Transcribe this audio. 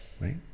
Right